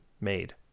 made